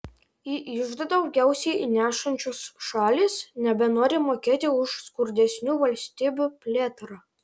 į iždą daugiausiai įnešančios šalys nebenori mokėti už skurdesnių valstybių plėtrą